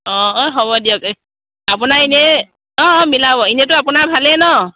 অঁ এই হ'ব দিয়ক আপোনাৰ এনেই অঁ অঁ মিলাব এনেইতো আপোনাৰ ভালেই ন